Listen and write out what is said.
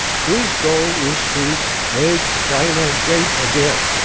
his goal is to make china great again